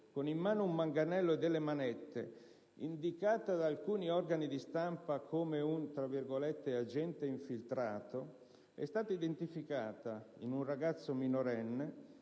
con in mano un manganello e delle manette, indicata da alcuni organi di stampa come un agente infiltrato, è stata identificata in un ragazzo minorenne,